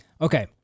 Okay